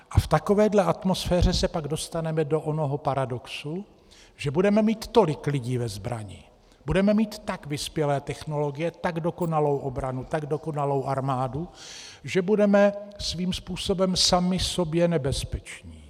A v takové atmosféře se pak dostaneme do onoho paradoxu, že budeme mít tolik lidí ve zbrani, budeme mít tak vyspělé technologie, tak dokonalou obranu, tak dokonalou armádu, že budeme svým způsobem sami sobě nebezpeční.